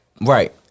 Right